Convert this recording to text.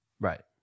Right